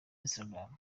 instagram